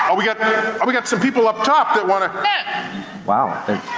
and we got we got some people up top that wanna wow. oh,